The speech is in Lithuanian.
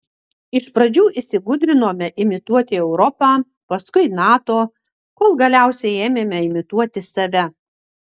iš pradžių įsigudrinome imituoti europą paskui nato kol galiausiai ėmėme imituoti save